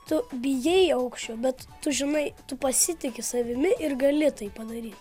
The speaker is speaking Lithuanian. tu bijai aukščio bet tu žinai tu pasitiki savimi ir gali tai padaryti